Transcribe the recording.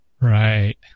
Right